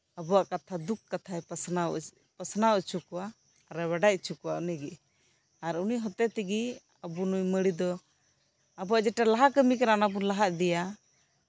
ᱟᱵᱚᱣᱟᱜ ᱠᱟᱛᱷᱟ ᱫᱩᱠᱷ ᱠᱟᱛᱷᱟᱭ ᱯᱟᱥᱱᱟᱣ ᱦᱚᱪᱚ ᱠᱚᱣᱟ ᱟᱨᱮ ᱵᱟᱰᱟᱭ ᱚᱪᱚᱠᱚᱣᱟ ᱩᱱᱤ ᱜᱮ ᱟᱨ ᱩᱱᱤ ᱦᱚᱛᱮᱡ ᱛᱮᱜᱮ ᱟᱵᱚ ᱱᱩᱭ ᱢᱟᱹᱲᱤ ᱫᱚ ᱟᱵᱚᱣᱟᱜ ᱡᱮᱴᱟ ᱞᱟᱦᱟ ᱠᱟᱢᱤ ᱠᱟᱱᱟ ᱚᱱᱟ ᱵᱚ ᱞᱟᱵᱟ ᱤᱫᱤᱭᱟ